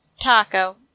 taco